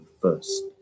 first